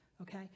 okay